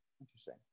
Interesting